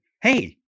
hey